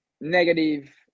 negative